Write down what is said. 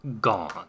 Gone